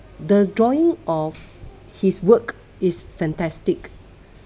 the drawing of his work is fantastic